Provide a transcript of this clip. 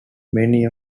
many